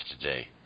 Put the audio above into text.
today